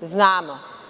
znamo.